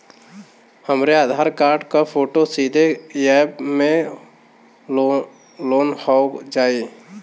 हमरे आधार कार्ड क फोटो सीधे यैप में लोनहो जाई?